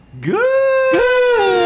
Good